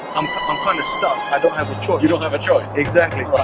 um i'm kind of stuck i don't have a choice. you don't have a choice. exactly.